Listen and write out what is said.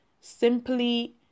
simply